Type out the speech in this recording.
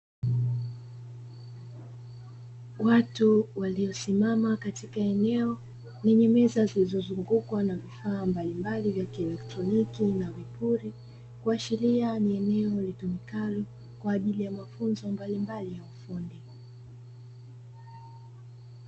Watu walio simama katika eneo lenye meza zilizo zungukwa na vifaa mbalimbali vya kieletroniki na vipuri, kuashiria ni eneo litumikalo kwaajili ya mafunzo mbalimbali ya ufundi.